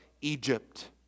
Egypt